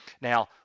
Now